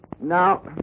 Now